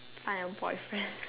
I have boyfriend